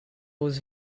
was